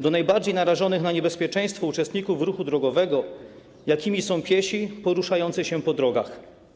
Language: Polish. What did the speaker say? do najbardziej narażonych na niebezpieczeństwo uczestników ruchu drogowego, jakimi są piesi poruszający się po drogach.